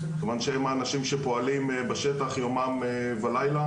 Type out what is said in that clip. כיוון שהם האנשים שפועלים בשטח יומם ולילה